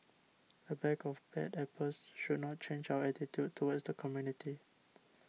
a bag of bad apples should not change our attitude towards the community